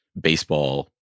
baseball